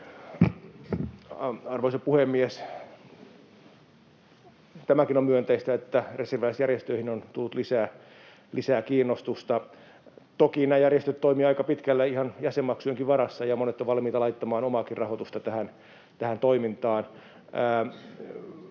Arvoisa puhemies! Tämäkin on myönteistä, että reserviläisjärjestöihin on tullut lisää kiinnostusta. Toki nämä järjestöt toimivat aika pitkälle ihan jäsenmaksujenkin varassa, ja monet ovat valmiita laittamaan omaakin rahoitusta tähän toimintaan.